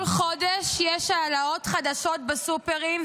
כל חודש יש העלאות חדשות בסופרים,